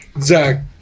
Zach